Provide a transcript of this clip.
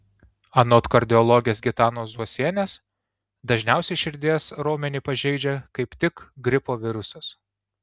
anot kardiologės gitanos zuozienės dažniausiai širdies raumenį pažeidžia kaip tik gripo virusas